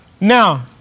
Now